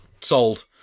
Sold